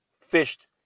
fished